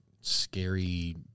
scary